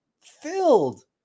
filled